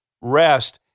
rest